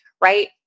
right